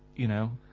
you know,